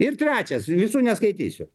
ir trečias visų neskaitysiu